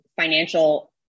financial